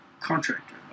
contractor